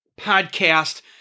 podcast